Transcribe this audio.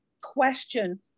question